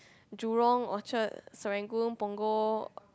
Jurong Orchard Serangoon Punggol